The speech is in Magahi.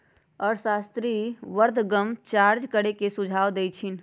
अर्थशास्त्री उर्ध्वगम चार्ज करे के सुझाव देइ छिन्ह